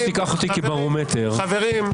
חברים.